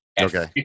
Okay